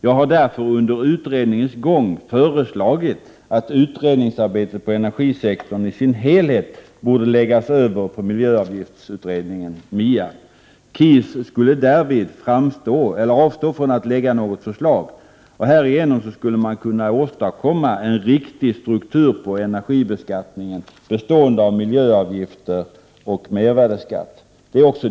Jag har därför under utredningens gång föreslagit att utredningsarbetet på energisektorn i dess helhet borde läggas över på miljöavgiftsutredningen, MIA. KIS skulle därvid avstå från att lägga fram något förslag. Härigenom skulle man kunna åstadkomma en riktig struktur på energibeskattningen, bestående av miljöavgifter och mervärdeskatt.